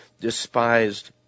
despised